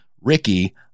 Ricky